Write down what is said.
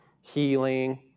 healing